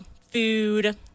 food